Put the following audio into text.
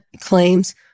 claims